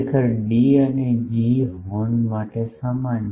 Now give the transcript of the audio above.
ખરેખર ડી અને G horn માટે સમાન છે